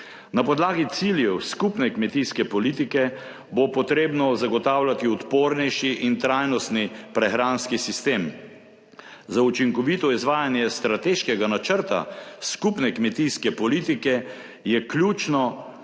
Na podlagi ciljev skupne kmetijske politike bo potrebno zagotavljati odpornejši in trajnostni prehranski sistem. Za učinkovito izvajanje strateškega načrta skupne kmetijske politike je ključno